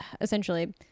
essentially